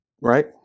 Right